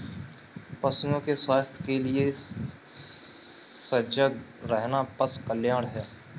पशुओं के स्वास्थ्य के लिए सजग रहना पशु कल्याण है